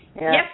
yes